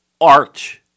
art